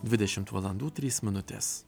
dvidešimt valandų trys minutės